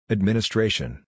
Administration